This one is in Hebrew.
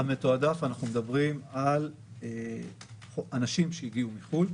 מתועדף, אנחנו מדברים על אנשים שהגיעו מחו"ל.